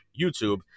YouTube